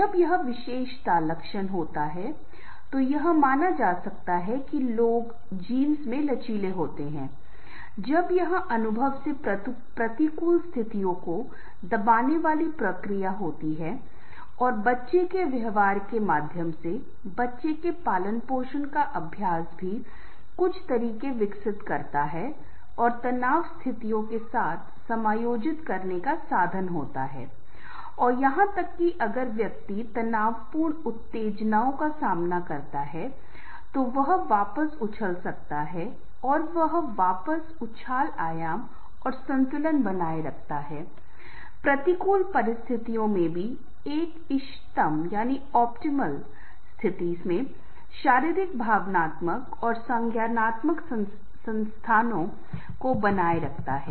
जब यह एक विशेषता लक्षण होता है तो यह माना जा सकता है कि कुछ लोग जन्म से लचीला होते हैं जब यह अनुभव से प्रतिकूल परिस्थितियों को दबाने वाली प्रक्रिया होती है और बच्चे के व्यवहार के माध्यम से बच्चे के पालन पोषण का अभ्यास भी कुछ तरीके विकसित करता है और तनाव स्थितिया के साथ समायोजित करने का साधन होता है और यहां तक कि अगर व्यक्ति तनावपूर्ण उत्तेजनाओं का सामना करता है तो वह वापस उछल सकता है और वह वापस उछाल आया और संतुलन बनाए रखता है प्रतिकूल परिस्थितियों में भी एक इष्टतम स्थिति में शारीरिक भावनात्मक और संज्ञानात्मक संसाधनों को बनाए रखता है